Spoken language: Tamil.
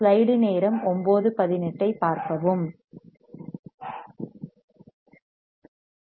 இது எனது பீட்டா